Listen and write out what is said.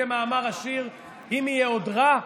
כמאמר השיר: "אם יהיה רע,